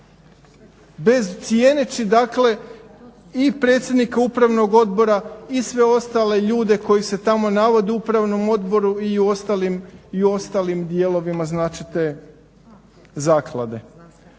bez cijeneći dakle i predsjednika Upravnog odbora i sve ostale ljude koji se tamo navode u Upravnom odboru i u ostalim dijelovima znači